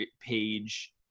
page